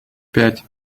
пять